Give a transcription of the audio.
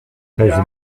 treize